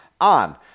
on